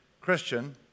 Christian